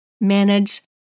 manage